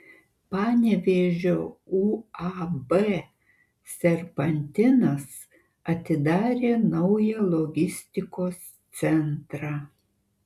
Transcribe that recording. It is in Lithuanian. panevėžio uab serpantinas atidarė naują logistikos centrą